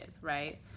right